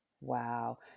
wow